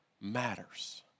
matters